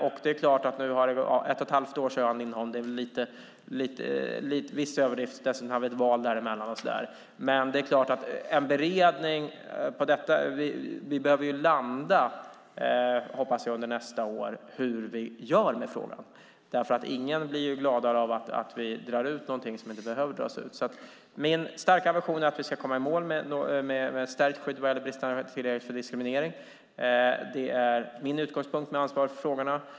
Nu har det gått ett och ett halvt år, kanske en viss överdrift, och det har varit val däremellan, men vi behöver under nästa år landa i beredningen av hur vi gör med frågan. Ingen blir gladare av att vi drar ut på något som inte behöver dras ut. Min starka ambition är att vi ska komma i mål med ett stärkt skydd mot diskriminering på grund av bristande tillgänglighet. Det är min utgångspunkt i mitt ansvar för frågorna.